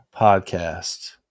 podcast